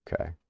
Okay